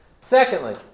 Secondly